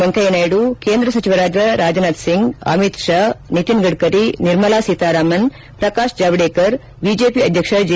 ವೆಂಕಯ್ಯನಾಯ್ಲು ಕೇಂದ್ರ ಸಚಿವರಾದ ರಾಜನಾಥ್ ಸಿಂಗ್ ಅಮಿತ್ ಶಾ ನಿತಿನ್ ಗಡ್ಕರಿ ನಿರ್ಮಲಾ ಸೀತಾರಾಮನ್ ಪ್ರಕಾಶ್ ಜಾವ್ಲೇಕರ್ ಬಿಜೆಪಿ ಅಧ್ಯಕ್ಷ ಜೆ